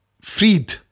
freed